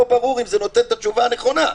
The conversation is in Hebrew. לא ברור אם זה נותן את התשובה הנכונה,